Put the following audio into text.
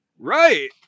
right